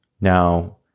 Now